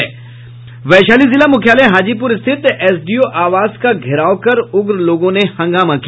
वैशाली जिला मुख्यालय हाजीपुर स्थित एसडीओ आवास का घेराव कर उग्र लोगों ने हंगामा किया